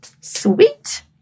Sweet